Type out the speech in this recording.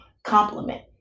compliment